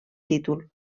títol